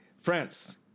france